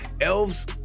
elves